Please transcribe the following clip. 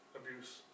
abuse